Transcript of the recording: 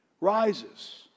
rises